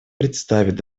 представить